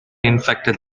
infected